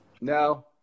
No